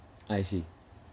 I see